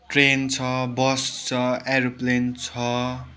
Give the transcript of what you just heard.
train छ bus छ aeroplane छ